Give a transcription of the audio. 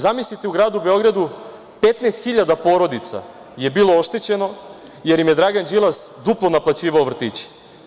Zamislite, u gradu Beogradu 15.000 porodica je bilo oštećeno jer im je Dragan Đilas duplo naplaćivao vrtiće.